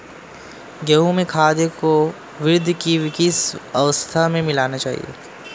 गेहूँ में खाद को वृद्धि की किस अवस्था में मिलाना चाहिए?